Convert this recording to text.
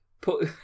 Put